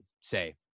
say